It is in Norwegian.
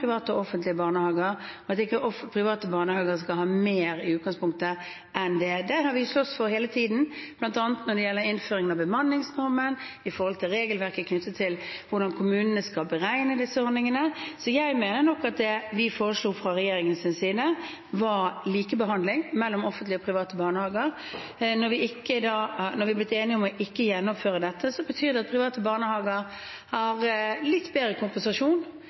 og offentlige barnehager, og at ikke private barnehager skal ha mer i utgangspunktet. Det har vi slåss for hele tiden, bl.a. når det gjelder innføringen av bemanningsnormen, og i forbindelse med regelverket knyttet til hvordan kommunene skal beregne disse ordningene. Så jeg mener nok at det vi foreslo fra regjeringens side, var likebehandling mellom offentlige og private barnehager. Når vi er blitt enige om ikke å gjennomføre dette, betyr det at private barnehager har litt bedre kompensasjon